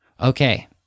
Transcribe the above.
Okay